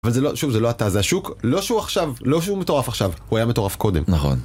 זה לא שוב זה לא אתה זה השוק לא שהוא עכשיו לא שהוא מטורף עכשיו הוא היה מטורף קודם נכון.